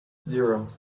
zero